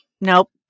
nope